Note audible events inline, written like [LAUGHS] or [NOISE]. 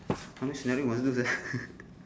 how many scenario must do sia [LAUGHS]